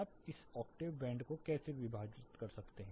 आप इस octave band को कैसे विभाजित करते हैं